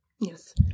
Yes